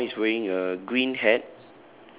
so the grandma is wearing a green hat